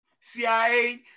CIA